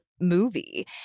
movie